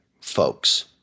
folks